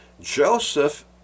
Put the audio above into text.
Joseph